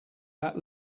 that